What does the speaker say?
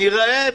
אני רעב.